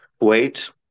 wait